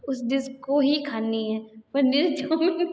उस डिस को ही खाना है पर मिले तो